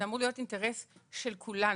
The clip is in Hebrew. זה אמור להיות אינטרס של כולנו: